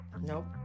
Nope